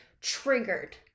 triggered